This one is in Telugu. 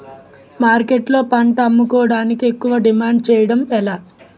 మార్కెట్లో పంట అమ్ముకోడానికి ఎక్కువ డిమాండ్ చేయడం ఎలా?